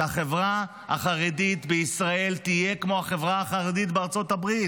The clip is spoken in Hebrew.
שהחברה החרדית בישראל תהיה כמו החברה החרדית בארצות הברית,